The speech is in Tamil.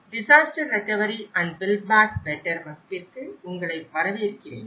disaster recovery and build back better வகுப்பிற்கு உங்களை வரவேற்கிறேன்